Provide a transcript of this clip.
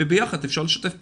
וביחד אפשר לשתף פעולה.